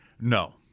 No